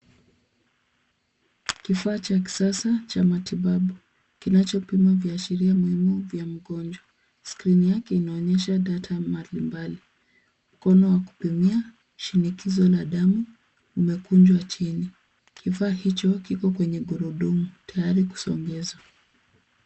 Kifaa cha kisasa, cha matibabu. Kinachopima viashiria muhimu vya mgonjwa. Skrini yake inaonyesha data mbalimbali. Mkono wa kupimia shinikizo la damu, umekunjwa chini. Kifaa hicho kiko kwenye gurudumu, tayari kusongezwa.